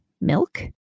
milk